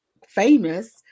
famous